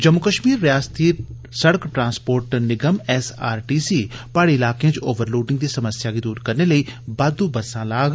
जम्मू कश्मीर रियासती सड़क ट्रांस्पोर्ट निगम प्हाड़ी इलाकें च ओवर लोडिंग दी समस्या गी दूर करने लेई बाहदू बस्सां लाग